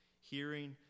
hearing